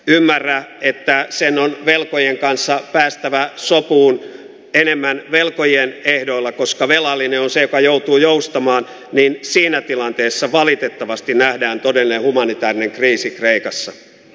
työmäärää että arsenal velkojien kanssa on päästävä sopuun enemmän velkojien ehdoilla koska velallinen osa joka joutuu joustamaan niin siinä tilanteessa valitettavasti nähdään todella humanitäärinen kriisi kreikassa